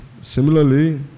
Similarly